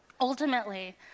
Ultimately